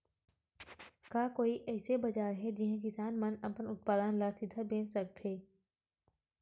का कोई अइसे बाजार हे जिहां किसान मन अपन उत्पादन ला सीधा बेच सकथे?